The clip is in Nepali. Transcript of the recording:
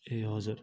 ए हजुर